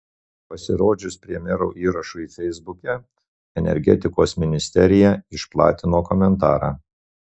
pasirodžius premjero įrašui feisbuke energetikos ministerija išplatino komentarą